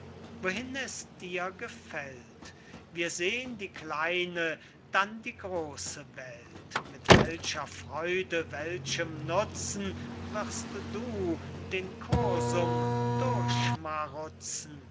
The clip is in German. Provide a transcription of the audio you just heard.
wohin es dir gefällt wir sehn die kleine dann die große welt mit welcher freude welchem nutzen wirst du den cursum